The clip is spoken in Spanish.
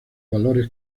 valores